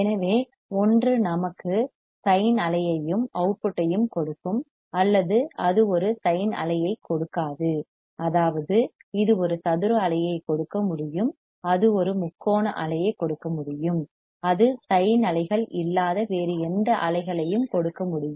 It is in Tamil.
எனவே ஒன்று நமக்கு சைன் அலையையும் அவுட்புட்டையும் கொடுக்கும் அல்லது அது ஒரு சைன் அலையை கொடுக்காது அதாவது இது ஒரு சதுர அலையை கொடுக்க முடியும் அது ஒரு முக்கோண அலையை கொடுக்க முடியும் அது சைன் அலைகள் இல்லாத வேறு எந்த அலைகளையும் கொடுக்க முடியும்